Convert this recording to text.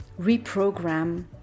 reprogram